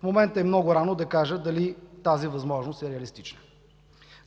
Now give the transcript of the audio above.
В момента е много рано да кажа дали тази възможност е реалистична.